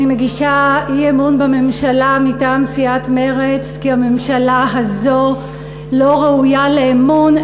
אני מגישה אי-אמון בממשלה מטעם סיעת מרצ כי הממשלה הזאת לא ראויה לאמון.